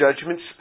judgments